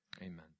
Amen